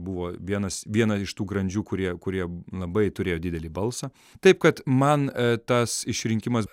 buvo vienas viena iš tų grandžių kurie kurie labai turėjo didelį balsą taip kad man tas išrinkimas